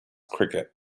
cricket